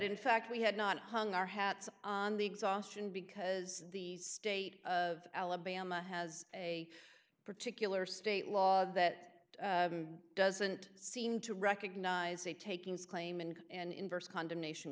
in fact we had not hung our hats on the exhaustion because the state of alabama has a particular state law that doesn't seem to recognize a takings claim and an inverse condemnation